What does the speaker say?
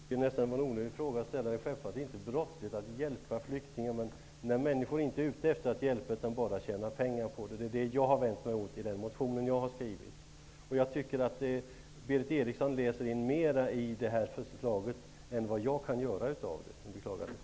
Herr talman! Jag tycker nästan att det var en onödig fråga. Självfallet är det inte brottsligt att hjälpa flyktingar. Men när människor inte är ute efter att hjälpa, utan bara vill tjäna pengar, det är det som jag har vänt mig emot i den motion jag har skrivit. Berith Eriksson läser in mer i det här förslaget än jag kan göra. Jag beklagar det.